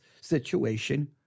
situation